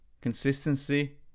consistency